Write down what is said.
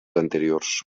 anteriors